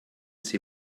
see